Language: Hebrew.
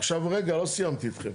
עכשיו רגע, לא סיימתי אתכם.